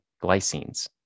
glycines